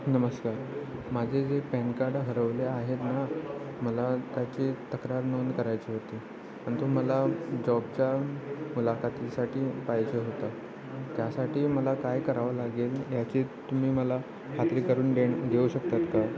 नमस्कार माझे जे पॅन कार्ड हरवले आहेत ना मला त्याची तक्रार नोंद करायची होती पण तुम्हाला जॉबच्या मुलाखतीसाठी पाहिजे होतं त्यासाठी मला काय करावं लागेल याची तुम्ही मला खात्री करून देऊ शकतात का